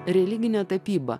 religinę tapybą